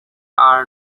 are